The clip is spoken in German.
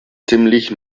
ziemlich